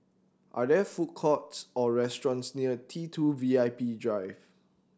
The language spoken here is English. are there food courts or restaurants near T Two V I P Drive